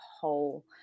whole